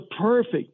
perfect